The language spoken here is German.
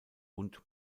und